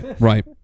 Right